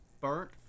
burnt